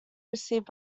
received